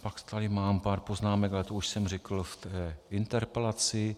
Pak tady mám pár poznámek, ale to už jsem řekl v té interpelaci.